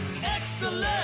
excellent